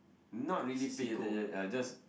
not really pay attention uh just